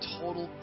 total